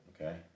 Okay